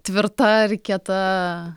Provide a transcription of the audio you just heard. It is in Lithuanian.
tvirta ir kieta